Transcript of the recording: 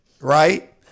right